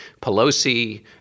Pelosi